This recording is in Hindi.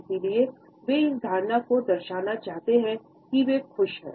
इसलिए वे इस धारणा को दर्शाना चाहते है कि वे खुश हैं